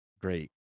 great